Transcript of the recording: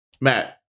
Matt